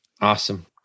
Awesome